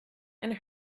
and